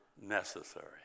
necessary